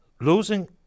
Losing